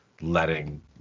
letting